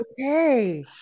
Okay